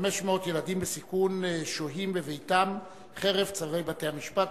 500 ילדים בסיכון שוהים בביתם חרף צווי בתי-המשפט.